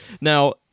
Now